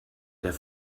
der